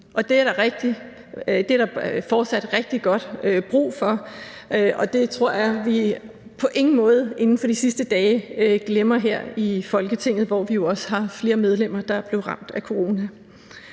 det er der fortsat rigtig god brug for, og det tror jeg på ingen måde at vi har glemt her i Folketinget, hvor vi jo inden for de sidste dage også har flere medlemmer, der er blevet ramt af corona.